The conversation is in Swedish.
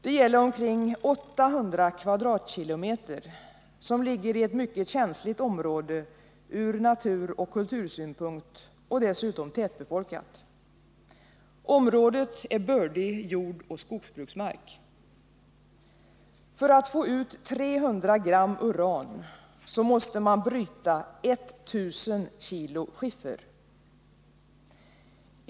Det gäller omkring 800 km?, som ligger i ett mycket känsligt område ur naturoch kultursynpunkt och dessutom är tätbefolkat. Området är bördig jordoch skogsmark. För att få ut 300 g uran måste man bryta 1 000 kgskiffer.